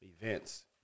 events